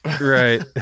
Right